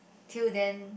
till then